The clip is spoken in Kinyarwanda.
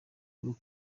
bwo